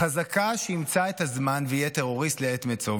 חזקה שימצא את הזמן ויהיה טרוריסט לעת מצוא.